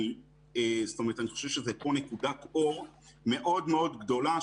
אני חושב שפה זו נקודת אור מאוד מאוד גדולה,